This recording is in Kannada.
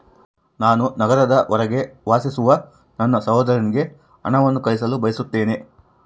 ನಾನು ನಗರದ ಹೊರಗೆ ವಾಸಿಸುವ ನನ್ನ ಸಹೋದರನಿಗೆ ಹಣವನ್ನು ಕಳುಹಿಸಲು ಬಯಸುತ್ತೇನೆ